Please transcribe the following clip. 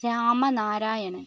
Rama Narayanan